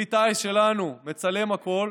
כלי טיס שלנו מצלם הכול: